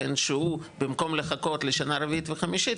שהוא במקום לחכות לשנה רביעית וחמישית,